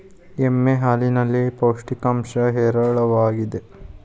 ಎಮ್ಮೆ ಹಾಲಿನಲ್ಲಿ ಪೌಷ್ಟಿಕಾಂಶ ಹೇರಳವಾಗಿದೆ